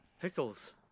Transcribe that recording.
Pickles